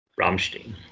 Rammstein